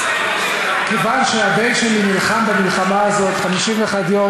כיוון שהבן שלי נלחם במלחמה הזאת 51 יום,